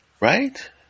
right